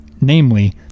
Namely